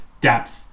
depth